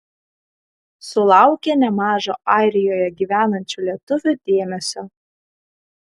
sulaukė nemažo airijoje gyvenančių lietuvių dėmesio